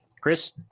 Chris